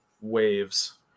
waves